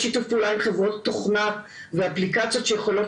להגביר שיתוף פעולה עם חברות תוכנה ואפליקציות שיכולות